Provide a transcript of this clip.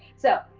so,